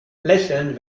lächeln